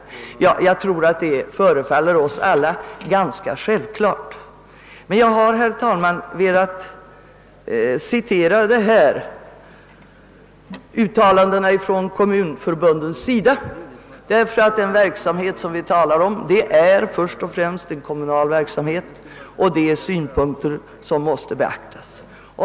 Jag tror detta förefaller oss alla ganska självklart, men jag har, herr talman, velat återge dessa uttalanden från kommunförbunden, därför att den verksamhet vi talar om först och främst är en kommunal verksamhet. Dessa synpunkter måste alltså beaktas.